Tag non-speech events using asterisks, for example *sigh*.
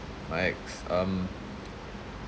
my ex um *noise*